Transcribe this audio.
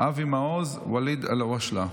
אבי מעוז וואליד אלהואשלה.